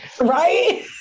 right